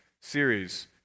series